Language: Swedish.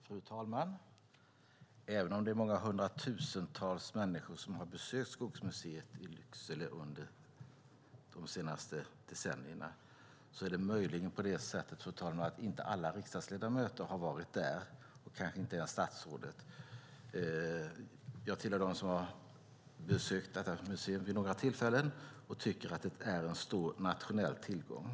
Fru talman! Även om det är många hundratusentals människor som har besökt Skogsmuseet i Lycksele under de senaste decennierna är det möjligen inte alla riksdagsledamöter som har varit där, och kanske inte ens statsrådet. Jag tillhör dem som har besökt museet vid många tillfällen, och jag tycker att det är en stor nationell tillgång.